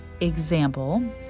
example